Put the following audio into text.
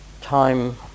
time